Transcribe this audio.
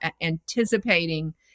anticipating